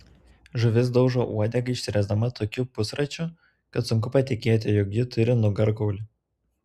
žuvis daužo uodega išsiriesdama tokiu pusračiu kad sunku patikėti jog ji turi nugarkaulį